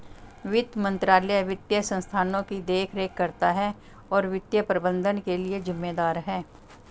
वित्त मंत्रालय वित्तीय संस्थानों की देखरेख करता है और वित्तीय प्रबंधन के लिए जिम्मेदार है